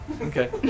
okay